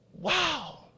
Wow